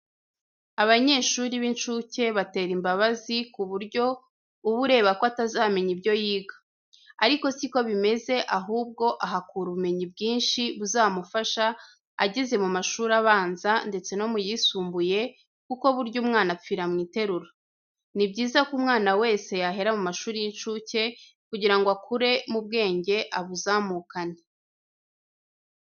Abanyeshuri b'incuke batera imbabazi ku buryo uba ureba ko atazamenya ibyo yiga. Ariko si ko bimeze ahubwo ahakura ubumenyi bwinshi buzamufasha ageze mu mashuri abanza ndetse no mu yisumbuye kuko burya umwana apfira mu iterura. Ni byiza ko umwana wese yahera mu mashuri y'incuke kugira ngo akure mu bwenge abuzamukane.